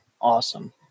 awesome